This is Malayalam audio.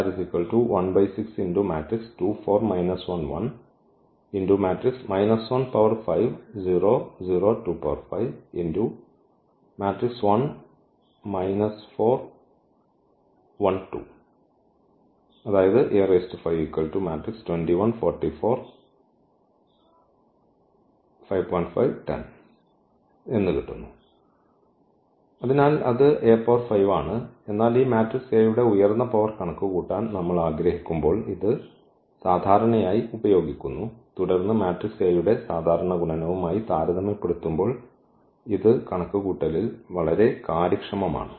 അതിനാൽ അത് A പവർ 5 ആണ് എന്നാൽ ഈ മാട്രിക്സ് A യുടെ ഉയർന്ന പവർ കണക്കുകൂട്ടാൻ നമ്മൾ ആഗ്രഹിക്കുമ്പോൾ ഇത് സാധാരണയായി ഉപയോഗിക്കുന്നു തുടർന്ന് മാട്രിക്സ് A യുടെ സാധാരണ ഗുണനവും ആയി താരതമ്യപ്പെടുത്തുമ്പോൾ ഇത് കണക്കുകൂട്ടലിൽ വളരെ കാര്യക്ഷമമാണ്